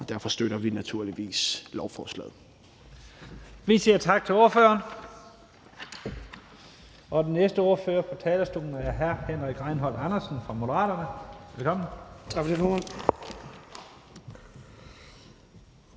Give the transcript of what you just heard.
Første næstformand (Leif Lahn Jensen): Vi siger tak til ordføreren. Den næste ordfører på talerstolen er hr. Henrik Rejnholt Andersen fra Moderaterne. Velkommen.